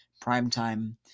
primetime